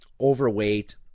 overweight